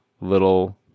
little